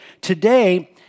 today